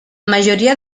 majoria